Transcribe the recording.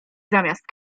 zamiast